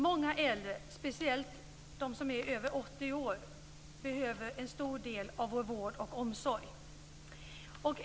Många äldre, speciellt de som är över 80 år, behöver en stor del av vår vård och omsorg.